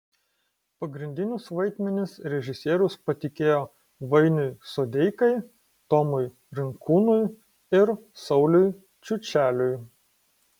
pagrindinius vaidmenis režisierius patikėjo vainiui sodeikai tomui rinkūnui ir sauliui čiučeliui